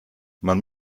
man